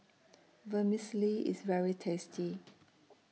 Vermicelli IS very tasty